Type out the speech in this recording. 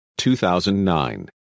2009